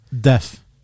Deaf